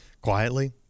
quietly